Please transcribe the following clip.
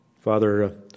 Father